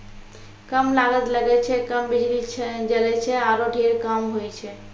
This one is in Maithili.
कम लागत लगै छै, कम बिजली जलै छै आरो ढेर काम होय छै